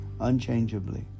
unchangeably